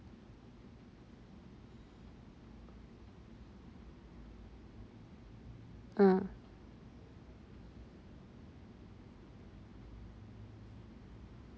uh